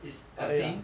it's a thing